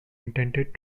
intended